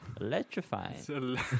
electrifying